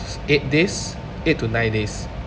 eight days eight to nine days